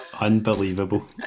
Unbelievable